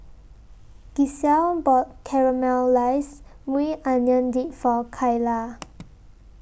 Gisselle bought Caramelized Maui Onion Dip For Kyla